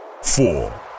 four